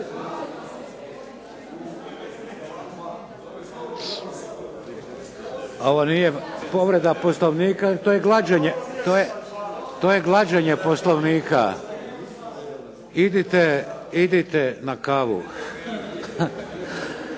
Ovo nije povreda Poslovnika, to je glađenje Poslovnika. Prekid